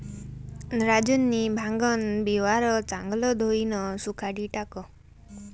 राजूनी भांगन बिवारं चांगलं धोयीन सुखाडी टाकं